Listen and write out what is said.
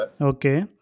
Okay